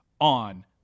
on